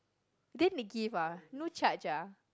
then they give ah no charge ah